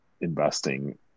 investing